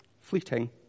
fleeting